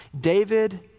David